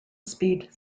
speed